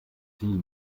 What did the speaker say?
ziel